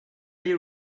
you